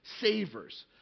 savers